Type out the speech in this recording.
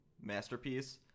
masterpiece